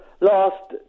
last